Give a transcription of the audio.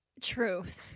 truth